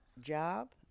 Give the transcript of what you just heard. job